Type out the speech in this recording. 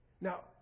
Now